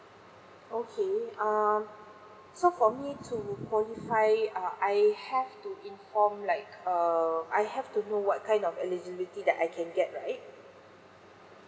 okay um so for me to qualify uh I have to inform like err I have to know what kind of eligibility that I can get right